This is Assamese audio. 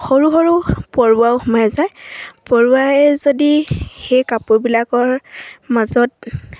সৰু সৰু পৰুৱাও সোমাই যায় পৰুৱাই যদি সেই কাপোৰবিলাকৰ মাজত